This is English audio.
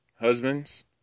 husbands